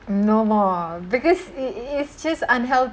no more because it it is just unhealthy